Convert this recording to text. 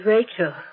Rachel